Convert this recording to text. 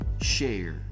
share